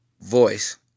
Voice